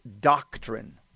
doctrine